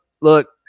look